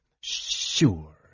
Sure